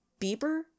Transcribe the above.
Bieber